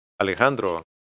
Alejandro